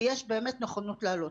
ויש באמת נכונות להעלות.